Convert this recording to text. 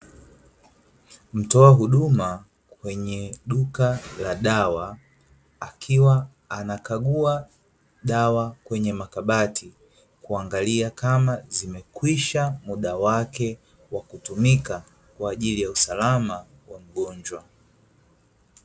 Mtoa huduma kwenye duka la dawa, akiwa anakagua dawa kwenye makabati kuangalia kama zimekwisha muda wake wa kutumika kwa ajili ya usalama wa mgonjwa.